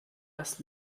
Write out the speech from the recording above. dass